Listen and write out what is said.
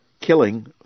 killing